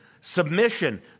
submission